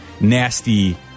nasty